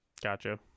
Gotcha